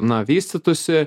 na vystytųsi